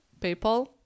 paypal